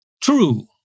true